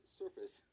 surface